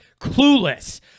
clueless